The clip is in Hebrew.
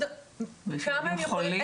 כמה הם יכולים,